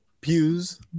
Pews